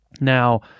Now